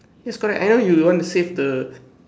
yes correct I know you would want to save the